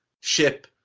ship